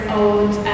old